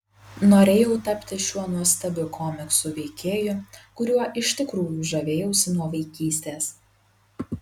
norėjau tapti šiuo nuostabiu komiksų veikėju kuriuo iš tikrųjų žavėjausi nuo vaikystės